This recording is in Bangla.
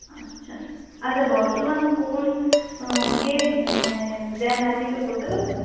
আচ্ছা আচ্ছা বর্তমান কোন কে মানে দেন আপনি একটু বলতে পারবেন